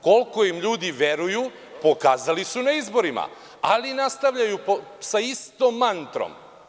Koliko im ljudi veruju pokazali su na izborima, ali nastavljaju sa istom mantrom.